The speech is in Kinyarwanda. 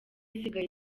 isigaye